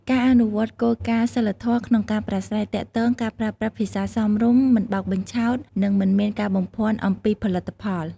ការអនុវត្តគោលការណ៍សីលធម៌ក្នុងការប្រាស្រ័យទាក់ទង ការប្រើប្រាស់ភាសាសមរម្យ មិនបោកបញ្ឆោត និងមិនមានការបំភាន់អំពីផលិតផល។